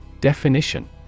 Definition